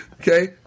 Okay